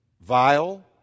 Vile